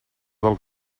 del